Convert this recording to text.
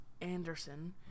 Anderson